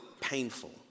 painful